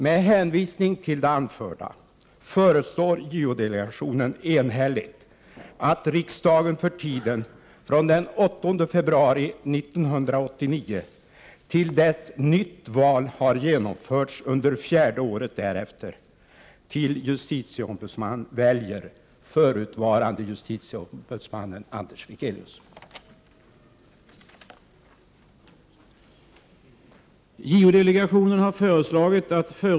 Med hänvisning till det anförda föreslår JO-delegationen enhälligt att riksdagen för tiden från den 8 februari 1989 till dess nytt val har genomförts under fjärde året därefter till justitieombudsman väljer förutvarande justitieombudsmannen Anders Wigelius.